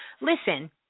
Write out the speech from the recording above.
listen